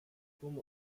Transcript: turm